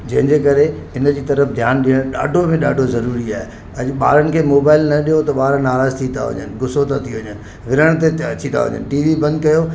जंहिंजे करे हिनजी तर्फ़ु ध्यान ॾियणु ॾाढो में ॾाढो ज़रूरी आहे अॼु ॿारनि खे मोबाइल न ॾियो त ॿार नाराज़ु थी था वञनि गुसो था थी वञनि विढ़ण ते था अची वञनि टी वी बंदि कयो